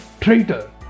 Traitor